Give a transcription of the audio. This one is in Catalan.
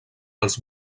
als